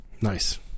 Nice